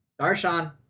Darshan